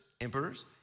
emperors